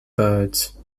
birds